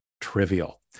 trivial